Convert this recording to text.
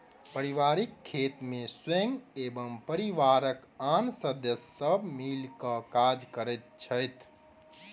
पारिवारिक खेत मे स्वयं एवं परिवारक आन सदस्य सब मिल क काज करैत छथि